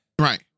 Right